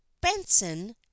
benson